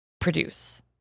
produce